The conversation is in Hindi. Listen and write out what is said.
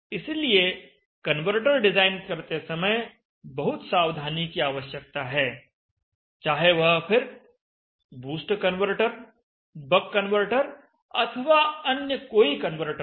इसलिए कन्वर्टर डिजाइन करते समय बहुत सावधानी की आवश्यकता है चाहे वह फिर बूस्ट कन्वर्टर बक कन्वर्टर अथवा अन्य कोई कन्वर्टर हो